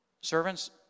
Servants